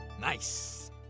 Nice